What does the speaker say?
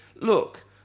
Look